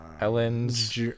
Ellen's